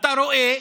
אתה רואה